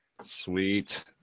Sweet